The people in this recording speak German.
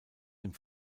dem